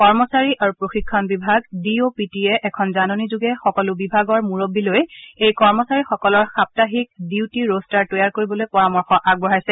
কৰ্মচাৰী আৰু প্ৰশিক্ষণ বিভাগ ডি অ' পি টিয়ে এখন জাননীযোগে সকলো বিভাগৰ মূৰববীসকললৈ এই কৰ্মচাৰীসকলৰ সাপ্তাহিক ডিউটি ৰোস্তাৰ তৈয়াৰ কৰিবলৈ পৰামৰ্শ আগবঢ়াইছে